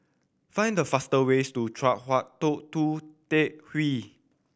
find the fastest ways to Chong Hua Tong Tou Teck Hwee